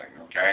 okay